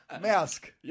Mask